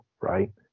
Right